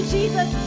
Jesus